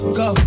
go